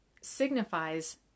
signifies